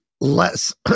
less